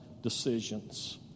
decisions